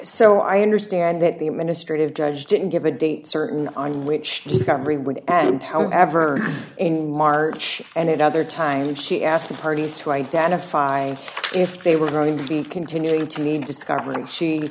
so i understand that the administrative judge didn't give a date certain on which discovery would and however in march and it other times she asked the parties to identify if they were going to be continuing